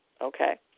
okay